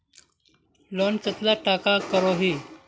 Loan कतला टाका करोही?